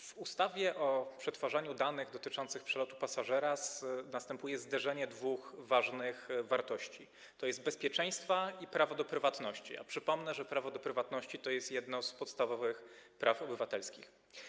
W ustawie o przetwarzaniu danych dotyczących przelotu pasażera następuje zderzenie dwóch ważnych wartości, to jest bezpieczeństwa i prawa do prywatności, a przypomnę, że prawo do prywatności to jest jedno z podstawowych praw obywatelskich.